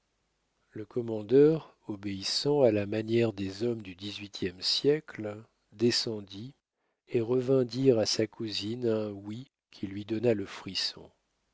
le commandeur obéissant à la manière des hommes du dix-huitième siècle descendit et revint dire à sa cousine un oui qui lui donna le frisson